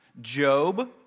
Job